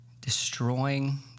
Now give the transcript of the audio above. destroying